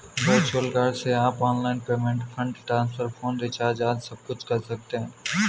virtual card से आप online payment, fund transfer, phone recharge आदि सबकुछ कर सकते हैं